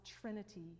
trinity